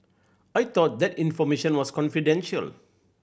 I thought that information was confidential